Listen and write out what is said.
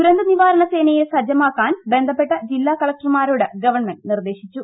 ദുരന്ത നിവാരണ സേനയെ സജ്ജമാക്കാൻ ബന്ധപ്പെട്ട ജില്ലാ കളക്ടർമാരോട് ഗവൺമെന്റ് നിർദ്ദേശിച്ചു